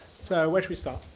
so, where should we start?